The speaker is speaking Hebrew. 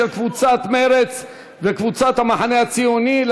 של קבוצת מרצ וקבוצת המחנה הציוני.